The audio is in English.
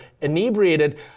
inebriated